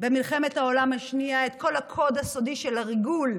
במלחמת העולם השנייה, את כל הקוד הסודי של הריגול,